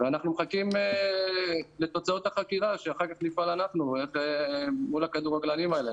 ואנחנו מחכים לתוצאות החקירה שאחר כך נפעל אנחנו מול הכדורגלנים האלה.